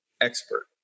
expert